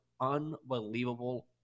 unbelievable